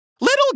Little